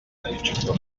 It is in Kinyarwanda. bicirwa